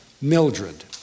Mildred